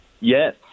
Yes